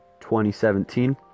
2017